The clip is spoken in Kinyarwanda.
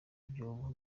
byobo